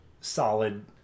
solid